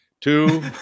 Two